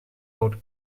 oat